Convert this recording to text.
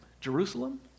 Jerusalem